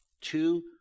Two